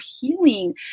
healing